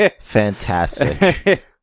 Fantastic